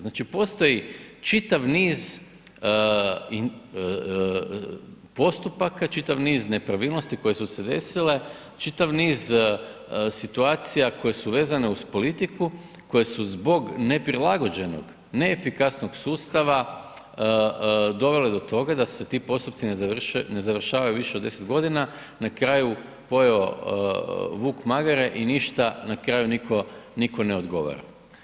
Znači postoji čitav niz postupaka, čitav niz nepravilnosti koje su se desile, čitav niz situacija koje su vezane uz politiku, koje su zbog neprilagođenog, neefikasnog sustava dovele do toga da se ti postupci ne završavaju više od 10 g., na kraju pojeo vuk magare i ništa na kraju nitko ne odgovara.